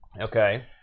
Okay